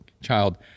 child